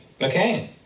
McCain